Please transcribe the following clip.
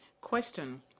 Question